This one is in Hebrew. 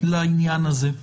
לעניין הזה.